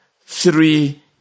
three